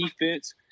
defense